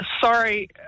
Sorry